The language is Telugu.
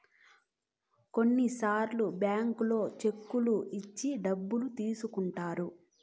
కొన్నిసార్లు బ్యాంకుల్లో చెక్కులు ఇచ్చి డబ్బులు తీసుకుంటారు